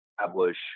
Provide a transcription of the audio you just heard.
establish